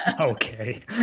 Okay